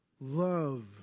love